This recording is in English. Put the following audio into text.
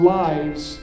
lives